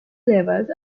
levels